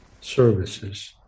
services